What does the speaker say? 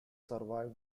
survived